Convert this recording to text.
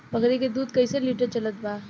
बकरी के दूध कइसे लिटर चलत बा?